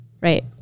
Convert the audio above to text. right